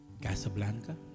Casablanca